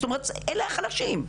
זאת אומרת אלה החלשים.